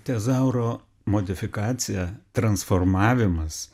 tezauro modifikacija transformavimas